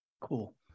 Cool